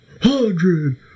hundred